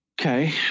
Okay